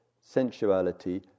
sensuality